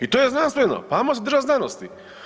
I to je znanstveno, ajmo se držati znanosti.